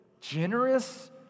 generous